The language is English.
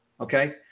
okay